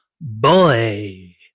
boy